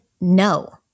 no